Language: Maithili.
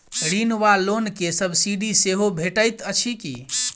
ऋण वा लोन केँ सब्सिडी सेहो भेटइत अछि की?